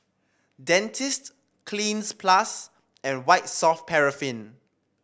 Dentiste Cleanz Plus and White Soft Paraffin